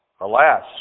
Alas